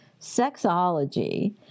sexology